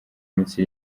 minsi